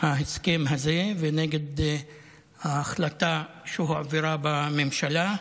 ההסכם הזה ונגד ההחלטה שהועברה בממשלה.